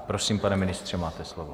Prosím, pane ministře, máte slovo.